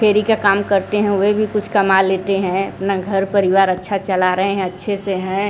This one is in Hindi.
फेरी का काम करते हैं वे भी कुछ कमा लेते हैं अपना घर परिवार अच्छा चला रहे हैं अच्छे से हैं